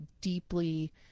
deeply